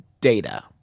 data